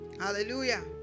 Hallelujah